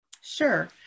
Sure